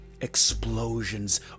explosions